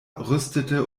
rüstete